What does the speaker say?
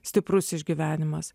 stiprus išgyvenimas